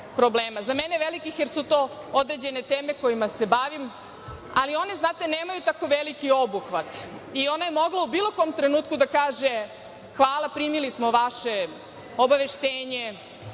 za mene velikih, jer su određene teme kojima se bavim, ali one znate nemaju tako veliki obuhvat i ona je mogla u bilo kom trenutku da kaže - hvala primili smo vaše obaveštenje,